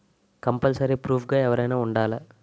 Compulsory proof గా ఎవరైనా ఉండాలా?